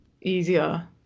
easier